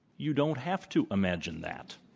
you don't have to imagine that.